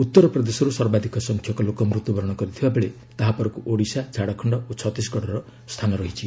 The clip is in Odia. ଉତ୍ତର ପ୍ରଦେଶରୁ ସର୍ବାଧିକ ସଂଖ୍ୟକ ଲୋକ ମୃତ୍ୟୁ ବରଣ କରିଥିବା ବେଳେ ତାହାପରକୁ ଓଡ଼ିଶା ଝାଡ଼ଖଣ୍ଡ ଓ ଛତିଶଗଡ଼ର ସ୍ଥାନ ରହିଛି